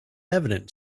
evident